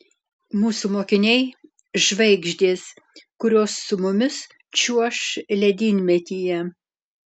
mūsų mokiniai žvaigždės kurios su mumis čiuoš ledynmetyje